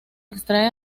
extrae